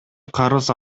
карыз